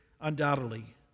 undoubtedly